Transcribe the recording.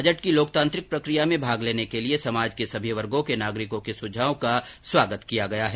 budget की लोकतांत्रिक प्रक्रिया में भाग लेने के लिये समाज के सभी वर्गो के नागरिकों के सुझावों का स्वागत किया गया है